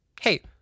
Hey